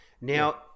Now